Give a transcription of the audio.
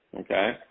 Okay